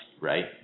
Right